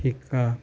শিকা